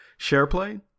SharePlay